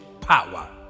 power